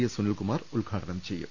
S Sunilkumar ഉദ്ഘാടനം ചെയ്യും